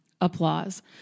Applause